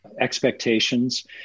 expectations